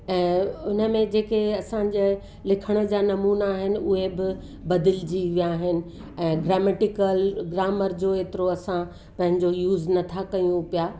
ऐं उन में जेके असांजे लिखण जा नमूना आहिनि उहे बि बदिलजी विया आहिनि ऐं ग्रामेटिकल ग्रामर जो एतिरो असां पंहिंजो यूज़ असां नथा कयूं पिया